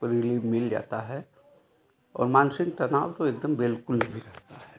relieve मिल जाता है और मानसिक तनाव तो एकदम बिल्कुल नहीं रहता है